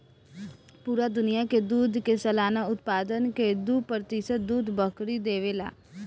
पूरा दुनिया के दूध के सालाना उत्पादन के दू प्रतिशत दूध बकरी देवे ले